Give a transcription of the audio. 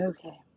Okay